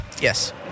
Yes